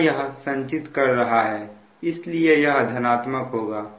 यहां यह संचित कर रहा है इसलिए यह धनात्मक होगा